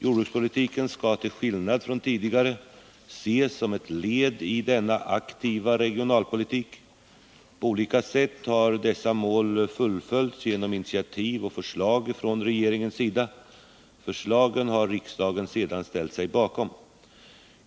Jordbrukspolitiken skall till skillnad från tidigare ses som ett led i denna aktiva regionalpolitik. På olika sätt har dessa mål fullföljts genom initiativ och förslag från regeringens sida. Förslagen har riksdagen sedan ställt sig bakom.